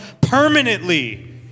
permanently